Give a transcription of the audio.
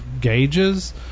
gauges